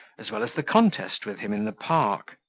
as well as the contest with him in the park.